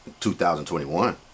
2021